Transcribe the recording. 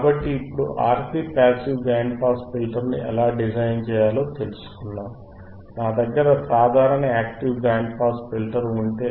కాబట్టి ఇప్పుడు మీకు RC పాసివ్ బ్యాండ్ పాస్ ఫిల్టర్ను ఎలా డిజైన్ చేయాలో తెలుసు నా దగ్గర సాధారణ యాక్టివ్ బ్యాండ్ పాస్ ఫిల్టర్ ఉంటే